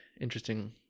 interesting